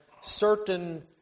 certain